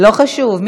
לא חשוב.